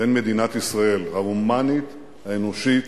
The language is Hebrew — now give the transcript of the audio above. לבין מדינת ישראל ההומנית, האנושית,